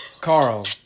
Carl